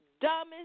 dumbest